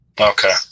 okay